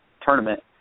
tournament